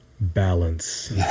balance